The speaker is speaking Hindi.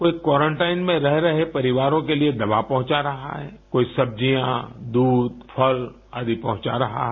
कोई क्वारनटाइन में रह रहे परिवारों के लिए दवा पहुँचा रहा है कोई सब्जियाँ दूध फल आदि पहुँचा रहा है